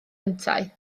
yntau